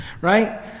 Right